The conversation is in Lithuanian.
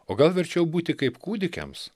o gal verčiau būti kaip kūdikiams